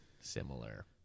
similar